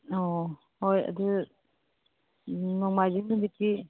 ꯑꯣ ꯍꯣꯏ ꯑꯗꯨ ꯅꯨꯡꯃꯥꯏꯖꯤꯡ ꯅꯨꯃꯤꯠꯀꯤ